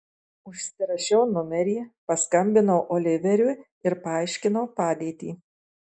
užsirašiau numerį paskambinau oliveriui ir paaiškinau padėtį